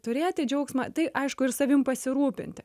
turėti džiaugsmą tai aišku ir savim pasirūpinti